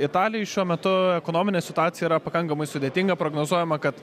italijoj šiuo metu ekonominė situacija yra pakankamai sudėtinga prognozuojama kad